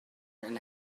hiwmor